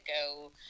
go